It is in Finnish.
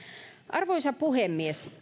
arvoisa puhemies